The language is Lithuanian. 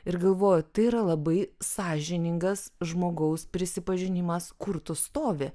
ir galvoju tai yra labai sąžiningas žmogaus prisipažinimas kur tu stovi